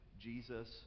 Jesus